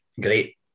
great